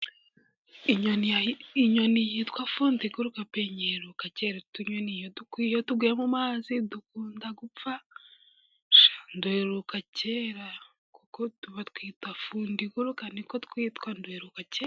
Inyoni yitwa Fundiguruka pe! Nyiheruka kera, utunyoni iyo tuguye mu mazi dukunda gupfa, sha nduheruka kera! kuko batwita Fundiguruka ni ko twitwa nduheruka kera.